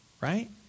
Right